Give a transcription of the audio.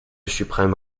suprême